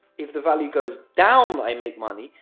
if the value goes down i make money,